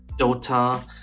Dota